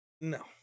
No